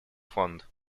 фонд